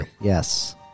Yes